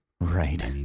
Right